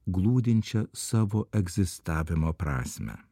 glūdinčią savo egzistavimo prasmę